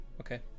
Okay